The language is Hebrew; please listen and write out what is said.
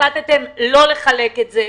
החלטתם לא לחלק אותם?